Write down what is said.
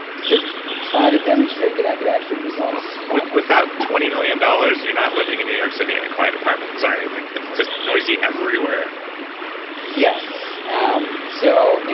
to try to demonstrate that i could actually resolve this problem without twenty million dollars, you're not living in new york city in a quiet apartment. sorry, like it's just noisy everywhere yes. um so, you know